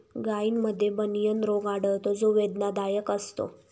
गायींमध्ये बनियन रोग आढळतो जो वेदनादायक असतो